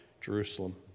Jerusalem